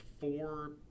four